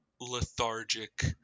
lethargic